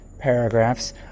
paragraphs